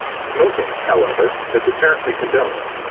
smoking, however, is apparently condoned,